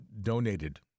donated